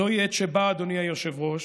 זוהי עת, אדוני היושב-ראש,